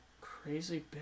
crazy